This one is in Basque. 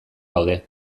gaude